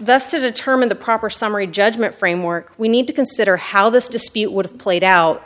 thus to determine the proper summary judgment framework we need to consider how this dispute would have played out